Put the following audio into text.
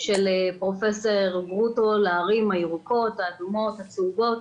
של פרופ' גרוטו לערים הירוקות, האדומות הצהובות.